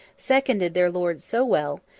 seconded their lord so well,